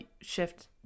shift